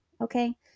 okay